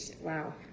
Wow